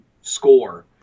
score